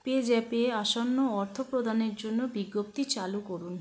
পেজ্যাপে আসন্ন অর্থ প্রদানের জন্য বিজ্ঞপ্তি চালু করুন